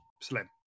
Slim